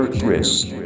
risk